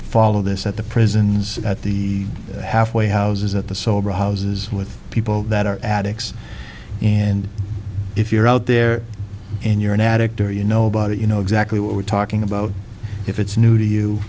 follow this at the prisons at the halfway houses at the sober houses with people that are addicts and if you're out there and you're an addict or you know about it you know exactly what we're talking about if it's new to